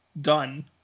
done